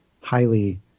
highly